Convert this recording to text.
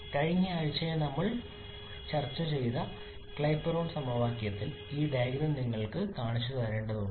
കഴിഞ്ഞ ആഴ്ചയിൽ നമ്മൾ ചർച്ച ചെയ്ത ക്ലാപെയ്റോൺ സമവാക്യത്തിൽ ഈ ഡയഗ്രം നിങ്ങൾക്ക് കാണിച്ചുതരേണ്ടതുണ്ട്